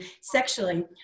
sexually